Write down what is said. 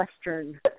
Western